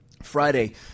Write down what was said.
Friday